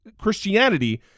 Christianity